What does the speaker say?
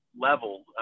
level